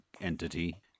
entity